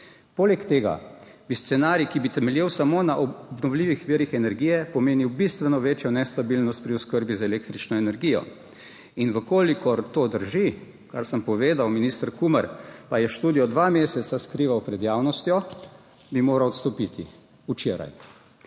Poleg tega bi scenarij, ki bi temeljil samo na obnovljivih virih energije, pomenil bistveno večjo nestabilnost pri oskrbi z električno energijo. In v kolikor to drži kar sem povedal, minister Kumer pa je študijo dva meseca skrival pred javnostjo, bi moral odstopiti včeraj.